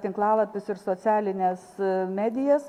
tinklalapius ir socialines medijas